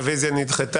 הרביזיה נדחתה.